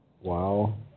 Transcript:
Wow